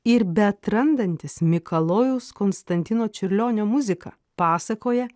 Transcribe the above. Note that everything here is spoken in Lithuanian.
ir beatrandantis mikalojaus konstantino čiurlionio muziką pasakoja